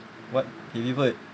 what